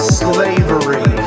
slavery